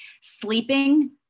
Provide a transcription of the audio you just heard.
Sleeping